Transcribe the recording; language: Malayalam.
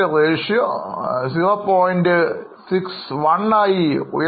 61 ആയി ഉയരുന്നു